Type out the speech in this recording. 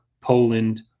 Poland